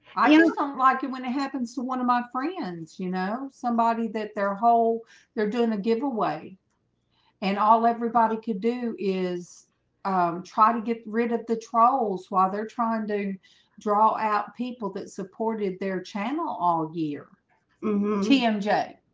i and don't like it when it happens to one of my friends you know somebody that their whole their doing a giveaway and all everybody could do is um try to get rid of the trolls while they're trying to draw out people that supported their channel all year tmj teams.